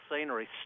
scenery